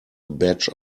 batch